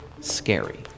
scary